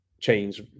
chains